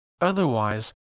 Otherwise